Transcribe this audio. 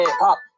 pop